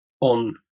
on